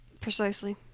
Precisely